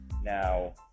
Now